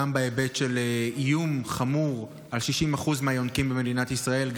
גם בהיבט של איום חמור על 60% מהיונקים במדינת ישראל,